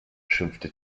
schimpfte